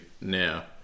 now